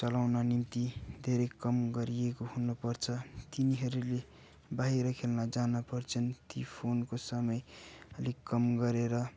चलाउनु निम्ति धेरै कम गरिएको हुनु पर्छ तिनीहरूले बाहिर खेल्न जानु पर्छन् ती फोनको समय अलिक कम गरेर